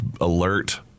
alert